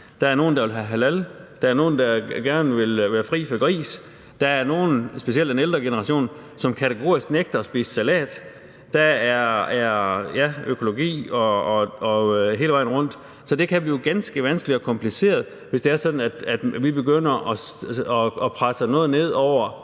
der er nogle, der vil have halal, der er nogle, der gerne vil være fri for gris, der er nogle, specielt i den ældre generation, som kategorisk nægter at spise salat, og ja, der er økologi og hele vejen rundt, så det kan jo blive ganske vanskeligt og kompliceret, hvis det er sådan, at vi begynder at presse noget ned over